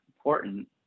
important